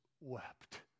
wept